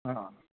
हा